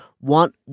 want